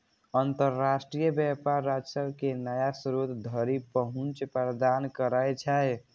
अंतरराष्ट्रीय व्यापार राजस्व के नया स्रोत धरि पहुंच प्रदान करै छै